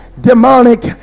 demonic